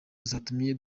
zatumye